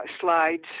slides